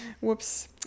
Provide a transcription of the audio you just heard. Whoops